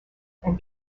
and